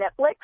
Netflix